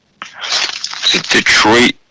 Detroit